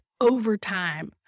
overtime